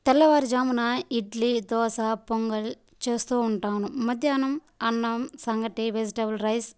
తెల్లవారుజామున ఇడ్లీ దోశ పొంగల్ చేస్తూ ఉంటాను మధ్యాహ్నం అన్నం సంగటి వెజిటబుల్ రైస్